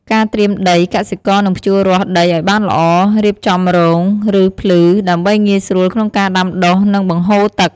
ការត្រៀមដី កសិករនឹងភ្ជួររាស់ដីឱ្យបានល្អ រៀបចំរង ឬភ្លឺ ដើម្បីងាយស្រួលក្នុងការដាំដុះ និងបង្ហូរទឹក។